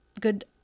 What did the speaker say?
good